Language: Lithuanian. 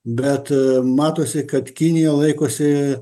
bet matosi kad kinija laikosi